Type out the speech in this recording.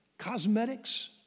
Cosmetics